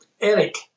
Eric